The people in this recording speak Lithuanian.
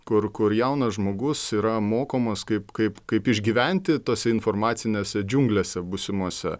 kur kur jaunas žmogus yra mokomas kaip kaip kaip išgyventi tose informacinėse džiunglėse būsimose